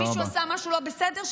אם מישהו עשה משהו לא בסדר,